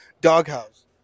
Doghouse